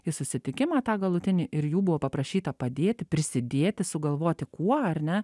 į susitikimą tą galutinį ir jų buvo paprašyta padėti prisidėti sugalvoti kuo ar ne